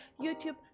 YouTube